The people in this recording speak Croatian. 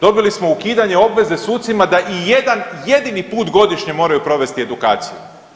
Dobili smo ukidanje obveze sucima da i jedan jedini put godišnje moraju provesti edukaciju.